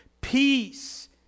peace